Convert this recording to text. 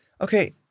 Okay